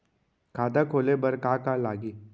खाता खोले बार का का लागही?